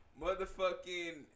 motherfucking